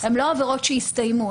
הן לא עבירות שהסתיימו,